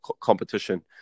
competition